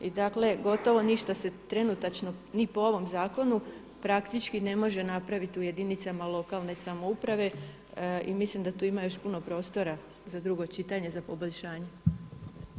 I dakle gotovo ništa se trenutačno ni po ovom zakonu praktički ne može napraviti u jedinicama lokalne samouprave i mislim da tu ima još puno prostora za drugo čitanje, za poboljšanje.